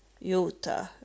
Utah